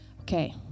Okay